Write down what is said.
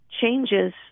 changes